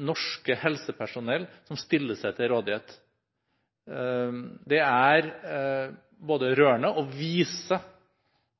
norske helsepersonell som stiller seg til rådighet. Det er rørende, og det viser